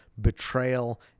betrayal